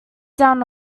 down